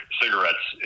cigarettes